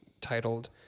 titled